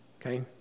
Okay